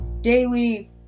daily